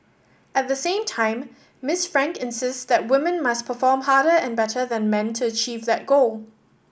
at the same time Miss Frank insists that women must perform harder and better than men to achieve that goal